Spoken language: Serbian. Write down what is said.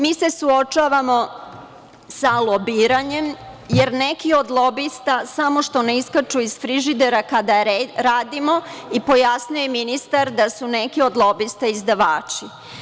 Mi se suočavamo sa lobiranjem jer neki od lobista samo što ne iskaču iz frižidera kada radimo, i pojasnio je ministar da su neki od lobista izdavači.